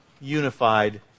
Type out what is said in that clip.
unified